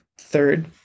third